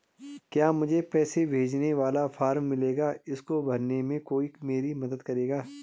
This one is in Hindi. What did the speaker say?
क्या मुझे पैसे भेजने वाला फॉर्म मिलेगा इसको भरने में कोई मेरी मदद करेगा?